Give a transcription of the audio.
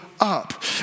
up